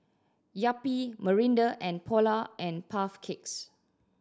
Yupi Mirinda and Polar and Puff Cakes